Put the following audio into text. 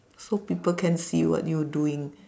so people can see what you're doing